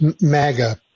MAGA